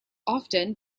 often